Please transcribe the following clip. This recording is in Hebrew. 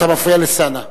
אתה מפריע לאלסאנע.